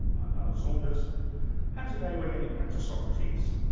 i'm alan saunders and today we're getting back to socrates.